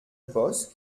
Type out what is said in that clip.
bosc